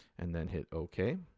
and then hit ok,